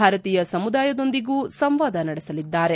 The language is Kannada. ಭಾರತೀಯ ಸಮುದಾಯದೊಂದಿಗೂ ಸಂವಾದ ನಡೆಸಲಿದ್ದಾರೆ